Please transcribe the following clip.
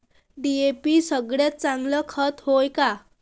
DAP सगळ्यात चांगलं खत हाये का?